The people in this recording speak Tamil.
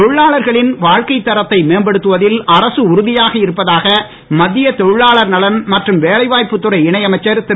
தொழிலாளர்களின் வாழ்க்கை தரத்தை மேம்படுத்துவதில் அரசு உறுதியாக இருப்பதாக மத்திய தொழிலாளர் நல மற்றும் வேலைவாய்ப்பு துறை இணை அமைச்சர் திரு